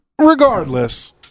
Regardless